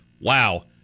Wow